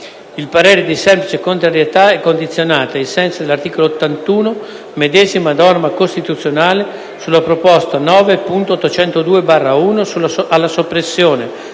Il parere di semplice contrarietae condizionato, ai sensi dell’articolo 81 medesima norma costituzionale, sulla proposta 9.802/1 alla soppressione,